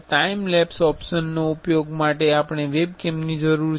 time lapse ઓપ્શનના ઉપયોગ માટે આપણે વેબકેમની જરૂર છે